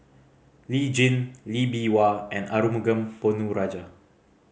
Lee Tjin Lee Bee Wah and Arumugam Ponnu Rajah